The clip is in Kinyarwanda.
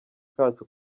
kacu